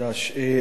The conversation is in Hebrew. אדוני,